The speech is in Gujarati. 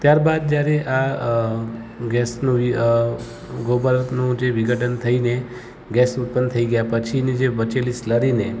ત્યારબાદ જયારે આ અ ગેસનું ગોબરનું જે વિઘટન થઇને ગેસ ઉત્પન્ન થઈ ગયાં પછીની જે બચેલી સ્લરીને